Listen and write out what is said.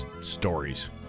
stories